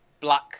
black